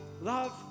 love